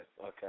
Okay